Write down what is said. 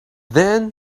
then